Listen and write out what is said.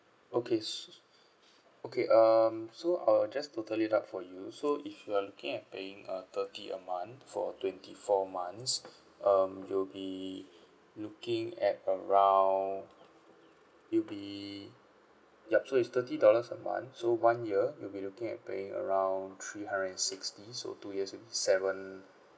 okay s~ okay um so I will just total it up for you so if you are looking at paying uh thirty a month for twenty four months um you'll be looking at around you'll be yup so is thirty dollars a month so one year you'll be looking at paying around three hundred and sixty so two years will be seven